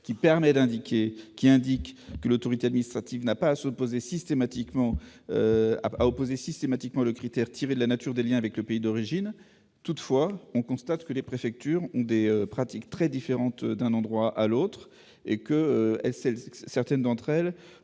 ministère de l'intérieur indique que l'autorité administrative n'a pas à opposer systématiquement le critère tiré de la nature des liens avec le pays d'origine. Toutefois, on constate que les préfectures ont des pratiques très diverses et que certaines d'entre elles